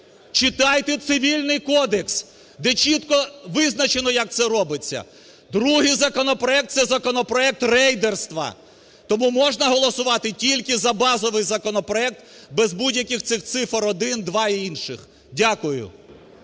Читайте Цивільний кодекс, де чітко визначено, як це робиться. Другий законопроект – це законопроект рейдерства. Тому можна голосувати тільки за базовий законопроект, без будь-яких цих цифр: 1, 2 і інших. Дякую.